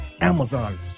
Amazon